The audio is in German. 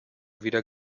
wieder